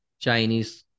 chinese